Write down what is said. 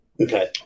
Okay